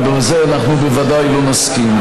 ולזה אנחנו בוודאי לא נסכים.